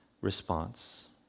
response